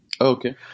Okay